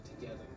together